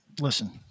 Listen